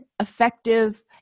effective